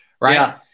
right